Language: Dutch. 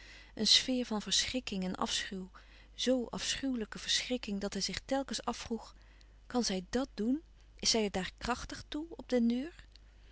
een sfeer van verschrikking en afschuw zoo afschuwelijke verschrikking dat hij zich telkens afvroeg kan zij dàt doen is zij daar krachtig toe op den duur